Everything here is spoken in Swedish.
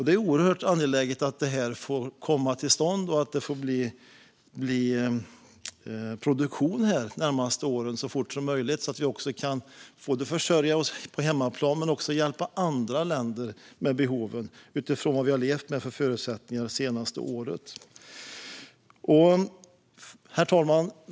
Det är oerhört angeläget att det här får komma till stånd och att det får bli produktion de närmaste åren så fort som möjligt så att vi kan försörja oss på hemmaplan men också hjälpa andra länder med behoven utifrån vad vi har levt med för förutsättningar det senaste året. Herr talman!